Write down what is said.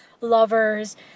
lovers